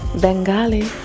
Bengali